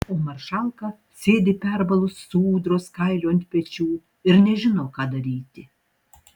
o maršalka sėdi perbalus su ūdros kailiu ant pečių ir nežino ką daryti